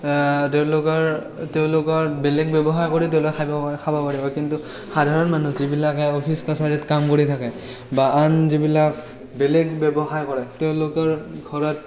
তেওঁলোকৰ তেওঁলোকৰ বেলেগ ব্যৱসায় কৰি তেওঁলোকে খাব পাৰে খাব পাৰিব কিন্তু সাধাৰণ মানুহ যিবিলাকে অফিচ কাছাৰীত কাম কৰি থাকে বা আন যিবিলাক বেলেগ ব্যৱসায় কৰে তেওঁলোকৰ ঘৰত